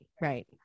right